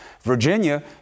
Virginia